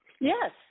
Yes